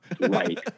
Right